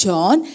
John